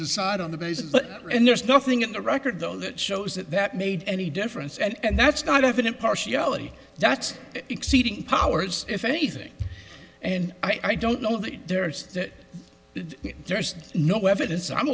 decide on the basis and there's nothing in the record though that shows that that made any difference and that's not evident partiality that's exceeding powers if anything and i don't know that there's just no evidence i'm